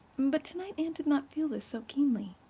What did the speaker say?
but tonight anne did not feel this so keenly.